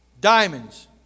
Diamonds